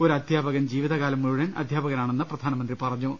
ഒരു അധ്യാപകൻ ജീവിതകാലം മുഴു വൻ അധ്യാപകനാണെന്ന് പ്രധാനമന്ത്രി പറഞ്ഞു